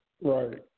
Right